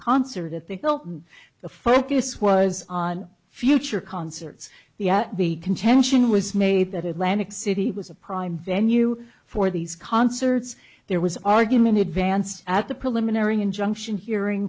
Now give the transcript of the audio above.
concert at the hilton the focus was on future concerts the the contention was made that it lennox city was a prime venue for these concerts there was argument advanced at the preliminary injunction hearing